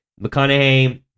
McConaughey